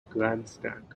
grandstand